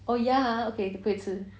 oh ya ah okay 你不可以吃